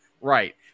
Right